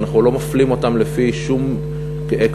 ואנחנו לא מפלים אותם לפי שום קטגוריה.